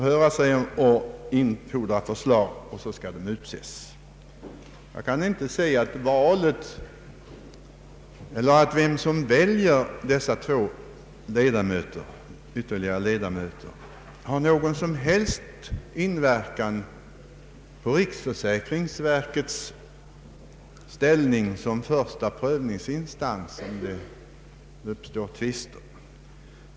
Vem som utser dessa två ledamöter kan inte enligt min mening ha någon som helst inverkan på riksförsäkringsverkets ställning som första prövningsinstans om det uppstår tvister.